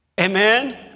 Amen